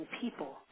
people